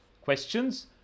questions